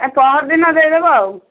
ଆ ପହର ଦିନ ଦେଇଦେବ ଆଉ